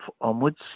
onwards